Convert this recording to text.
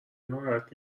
ناراحت